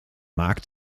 mark